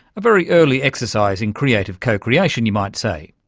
a very early exercise in creative co-creation, you might say.